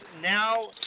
now